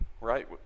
right